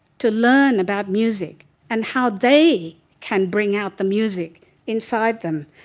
to learn about music and how they can bring out the music inside them,